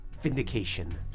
Vindication